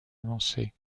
avancée